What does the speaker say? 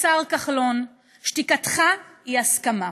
השר כחלון, שתיקתך היא הסכמה,